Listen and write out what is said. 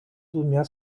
двумя